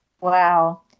Wow